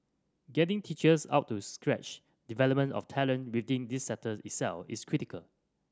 getting teachers up to scratch development of talent within this sector itself is critical